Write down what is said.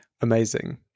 Amazing